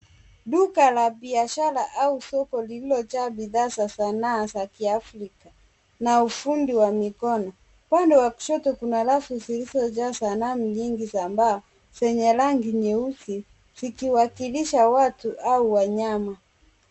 Duka la biashara au soko lililojaa bidhaa za sanaa za kiafrika na ufundi wa mikono. Upande wa kushoto kuna rafu zilizojaa sanaa nyingi za mbao zenye rangi nyeusi zikiwakilisha watu au wanyama.